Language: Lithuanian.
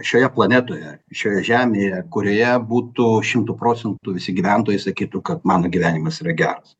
šioje planetoje šioje žemėje kurioje būtų šimtu procentų visi gyventojai sakytų kad mano gyvenimas yra geras